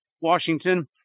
Washington